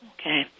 Okay